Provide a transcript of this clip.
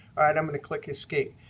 i'm going to click escape.